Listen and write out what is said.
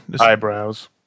Eyebrows